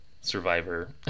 survivor